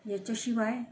याच्याशिवाय